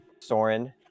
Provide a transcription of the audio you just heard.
Soren